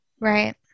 Right